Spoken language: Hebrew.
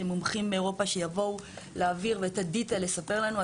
מומחים מאירופה שיבואו להעביר ואת הדאטה לספר לנו.